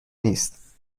نیست